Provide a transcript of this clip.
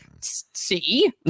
see